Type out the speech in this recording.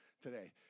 today